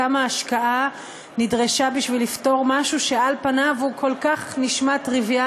כמה השקעה נדרשו בשביל לפתור משהו שעל פניו נשמע כל כך טריוויאלי: